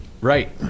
Right